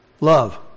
love